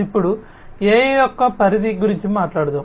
ఇప్పుడు AI యొక్క పరిధి గురించి మాట్లాడుదాం